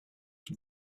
from